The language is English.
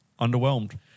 underwhelmed